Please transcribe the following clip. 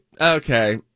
okay